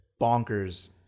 bonkers